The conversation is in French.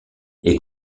est